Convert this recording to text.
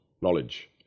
knowledge